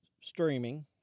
streaming